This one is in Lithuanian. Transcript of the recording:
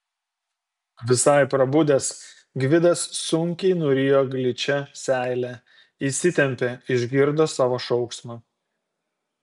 visai prabudęs gvidas sunkiai nurijo gličią seilę įsitempė išgirdo savo šauksmą